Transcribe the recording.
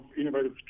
innovative